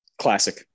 Classic